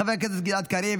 חבר הכנסת גלעד קריב,